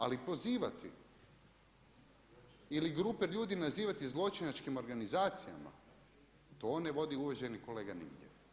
Ali pozivati ili grupe ljude nazivati zločinačkim organizacijama to ne vodi uvaženi kolega nigdje.